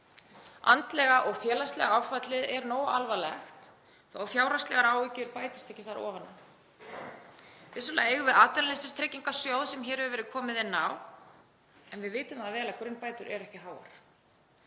Andlega og félagslega áfallið er nógu alvarlegt þó að fjárhagslegar áhyggjur bætist ekki ofan á. Vissulega eigum við Atvinnuleysistryggingasjóð, sem hér hefur verið komið inn á, en við vitum það vel að grunnbætur eru ekki háar.